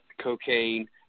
cocaine